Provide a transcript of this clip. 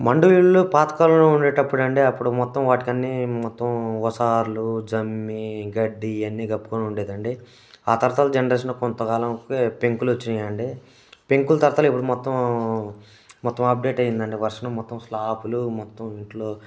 మండువా ఇళ్ళు పాతకాలంలో ఉండేటప్పుడు అండి అప్పుడు మొత్తం వాటికన్నా మొత్తం సార్లు జమ్మి గడ్డి అన్నీ కప్పుకొని ఉండేది అండి ఆ తరువాతలో జనరేషన్ కొంతకాలానికి పెంకులు వచ్చినాయండి పెంకుల తరువాటలో ఇప్పుడు మొత్తం మొత్తం అప్డేట్ అయిందండి వర్షం మొత్తం స్లాపులు మొత్తం ఇంట్లో